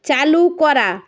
চালু করা